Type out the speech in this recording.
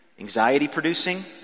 anxiety-producing